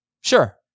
Sure